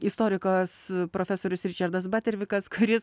istorikas profesorius ričardas batervikas kuris